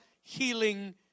healing